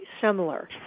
similar